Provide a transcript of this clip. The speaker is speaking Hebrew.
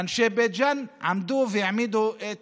אנשי בית ג'ן, הם עמדו והעמידו את